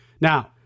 Now